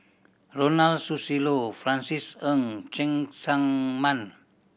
Ronald Susilo Francis Ng Cheng Tsang Man